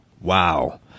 wow